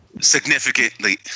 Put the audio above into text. Significantly